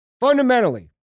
fundamentally